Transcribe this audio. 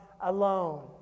alone